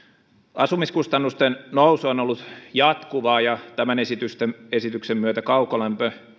asumiskustannusten nousu on ollut jatkuvaa ja tämän esityksen myötä